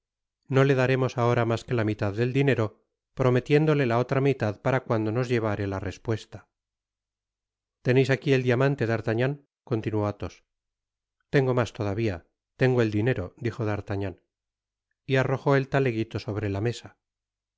no le daremos ahora mas que la mitad del dinero prometiéndole la otra mitad para cnando nos llevare la respuesta teneis ahi el diamante d'artagnan continuó athos content from google book search generated at tengo mas todavia tengo el dinero dijo d'artagnan y arrojó el taleguito sobre la mesa al